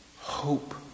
Hope